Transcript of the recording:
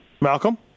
Malcolm